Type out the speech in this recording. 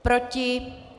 Proti?